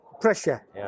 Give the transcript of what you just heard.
pressure